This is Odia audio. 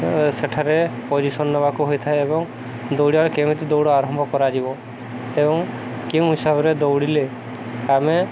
ସେଠାରେ ପୋଜିସନ୍ ନେବାକୁ ହୋଇଥାଏ ଏବଂ ଦୌଡ଼ିବାରେ କେମିତି ଦୌଡ଼ ଆରମ୍ଭ କରାଯିବ ଏବଂ କେଉଁ ହିସାବରେ ଦୌଡ଼ିଲେ ଆମେ